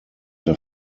der